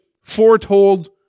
foretold